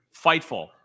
Fightful